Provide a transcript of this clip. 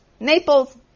Naples